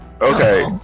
okay